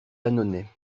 annonay